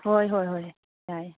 ꯍꯣꯏ ꯍꯣꯏ ꯍꯣꯏ ꯌꯥꯏ